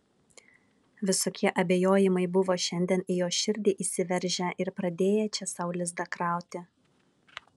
visokie abejojimai buvo šiandien į jos širdį įsiveržę ir pradėję čia sau lizdą krauti